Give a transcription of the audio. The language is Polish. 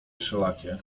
wszelakie